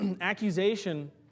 Accusation